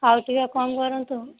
ଆଉ ଟିକିଏ କମ୍ କରନ୍ତୁ